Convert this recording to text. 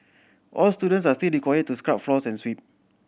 all students are still required to scrub floors and sweep